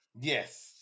Yes